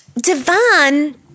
Devon